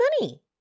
money